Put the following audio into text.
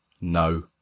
no